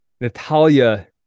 Natalia